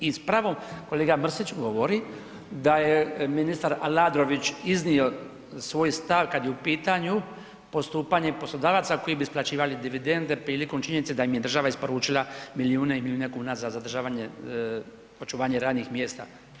I s pravom kolega Mrsić govori da je ministar Aladrović iznio svoj stav kad je u pitanju poslodavaca koji bi isplaćivali dividende prilikom činjenice da im je država isporučila milijune i milijune kuna za zadržavanje, očuvanje radnih mjesta.